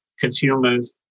consumers